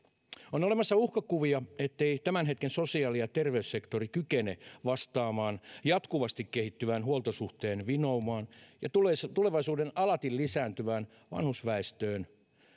on olemassa uhkakuvia ettei tämän hetken sosiaali ja terveyssektori kykene vastaamaan jatkuvasti kehittyvän huoltosuhteen vinoumaan ja tulevaisuuden alati lisääntyvään vanhusväestöön